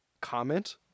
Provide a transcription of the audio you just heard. comment